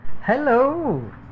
Hello